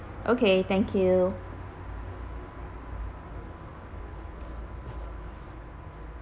okay thank you